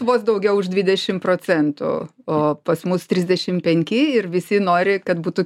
vos daugiau už dvidešimt procentų o pas mus trisdešimt penki ir visi nori kad būtų